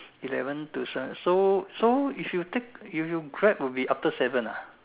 eleven to seven so so if you take if you Grab will be after seven ah